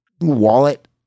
wallet